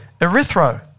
Erythro